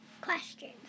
Question